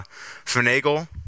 finagle